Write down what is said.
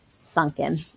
sunken